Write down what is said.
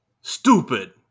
stupid